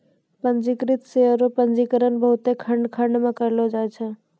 पंजीकृत शेयर रो पंजीकरण बहुते खंड खंड मे करलो जाय छै